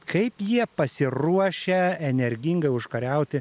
kaip jie pasiruošę energingai užkariauti